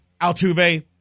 Altuve